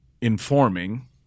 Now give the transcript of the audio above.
informing